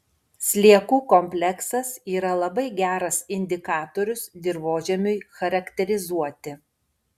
sliekų kompleksas yra labai geras indikatorius dirvožemiui charakterizuoti